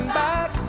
back